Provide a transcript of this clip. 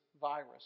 virus